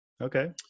Okay